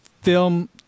film